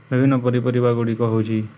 ବିଭିନ୍ନ ପନିପରିବାଗୁଡ଼ିକ ହେଉଛି